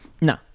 No